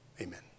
amen